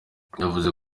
yavuze